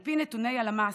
על פי נתוני הלמ"ס,